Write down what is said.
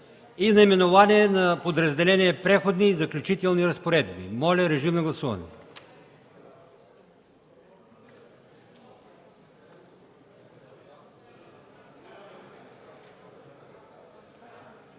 и наименование на подразделението „Преходни и заключителни разпоредби”. Моля, гласувайте.